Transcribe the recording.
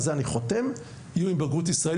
על זה אני חותם יהיו עם בגרות ישראלית.